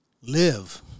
Live